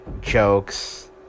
Jokes